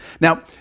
Now